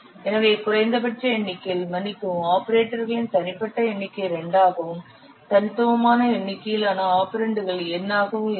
எனவே குறைந்தபட்ச எண்ணிக்கையில் மன்னிக்கவும் ஆபரேட்டர்களின் தனிப்பட்ட எண்ணிக்கை 2 ஆகவும் தனித்துவமான எண்ணிக்கையிலான ஆபரெண்டுகள் n ஆகவும் இருக்கும்